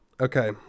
okay